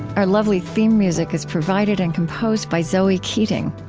our lovely theme music is provided and composed by zoe keating.